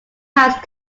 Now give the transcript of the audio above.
house